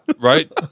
Right